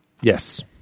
Yes